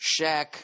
Shaq